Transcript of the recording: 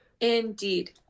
Indeed